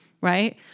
right